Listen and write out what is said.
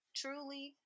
truly